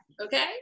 okay